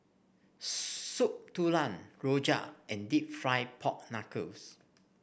Soup Tulang Rojak and deep fried Pork Knuckle